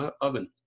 oven